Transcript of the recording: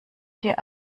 dir